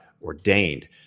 ordained